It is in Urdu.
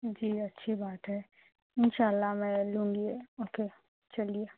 جی اچھی بات ہے اِنشاء اللہ میں لوں گی اوکے چلیے